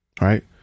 right